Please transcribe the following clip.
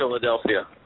Philadelphia